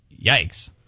Yikes